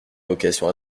vocation